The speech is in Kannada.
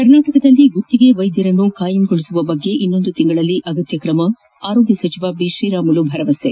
ಕರ್ನಾಟಕದಲ್ಲಿ ಗುತ್ತಿಗೆ ವೈದ್ಯರನ್ನು ಕಾಯಂಗೊಳಿಸುವ ಬಗ್ಗೆ ಇನ್ನೊಂದು ತಿಂಗಳಲ್ಲಿ ಕ್ರಮ ಆರೋಗ್ಯ ಸಚಿವ ಶ್ರೀರಾಮುಲು ಭರವಸೆ